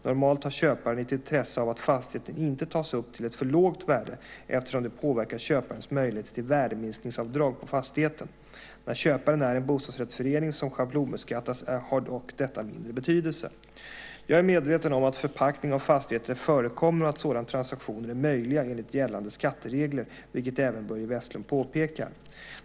Normalt har köparen ett intresse av att fastigheten inte tas upp till ett för lågt värde, eftersom det påverkar köparens möjligheter till värdeminskningsavdrag på fastigheten. När köparen är en bostadsrättsförening som schablonbeskattas har detta dock mindre betydelse. Jag är medveten om att förpackning av fastigheter förekommer och att sådana transaktioner är möjliga enligt gällande skatteregler, vilket även Börje Vestlund påpekar.